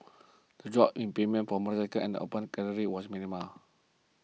the drop in premiums for motorcycles and Open Category was minimal